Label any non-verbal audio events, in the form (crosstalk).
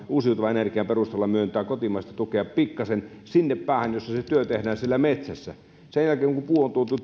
uusiutuvan energian perusteella myöntää kotimaista tukea pikkasen sinne päähän jossa se työ tehdään siellä metsässä sen jälkeen kun puu on tuotu (unintelligible)